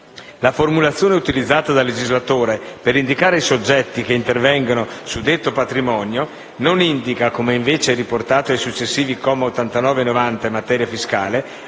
la formulazione utilizzata dal legislatore per indicare i soggetti che intervengono su detto patrimonio non indica (come invece è riportato ai successivi commi 89 e 90 in materia fiscale)